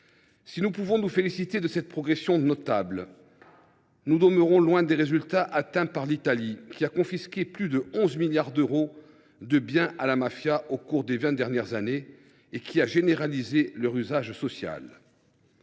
Si nous pouvons nous féliciter de cette progression notable, nous demeurons loin des résultats atteints par l’Italie, qui a confisqué plus de 11 milliards d’euros de biens à la mafia au cours des vingt dernières années et qui en a généralisé l’usage social.